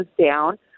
down